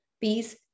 peace